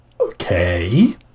Okay